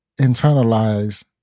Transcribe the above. internalize